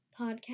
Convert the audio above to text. podcast